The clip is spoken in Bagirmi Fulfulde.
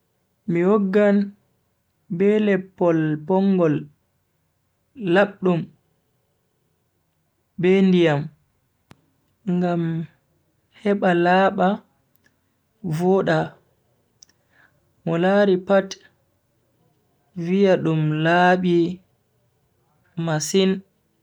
Mi woggan be leppol bongol labdum be ndiyam ngam heba laaba voda mo lari pat viya dum laabi masin.